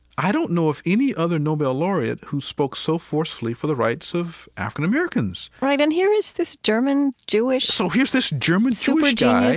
i don't know of any other nobel laureate who spoke so forcefully for the rights of african americans right, and here is this german jewish, so here's this german sort of jewish guy,